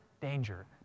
danger